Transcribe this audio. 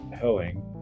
hoeing